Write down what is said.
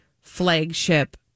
flagship